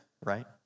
right